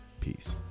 peace